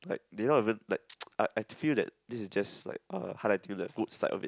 like they not even like I I feel that this is just like uh highlighting the good side of it